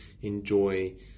enjoy